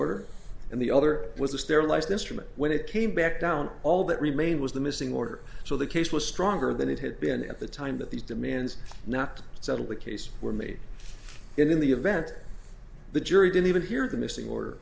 order and the other was a sterilized instrument when it came back down all that remained was the missing order so the case was stronger than it had been at the time that these demands not to settle the case were made in the event the jury didn't even hear the missing or